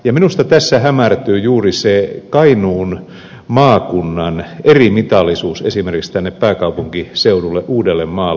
minusta tässä hämärtyy juuri se kainuun maakunnan erimitallisuus esimerkiksi tähän pääkaupunkiseutuun uuteenmaahan nähden